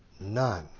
None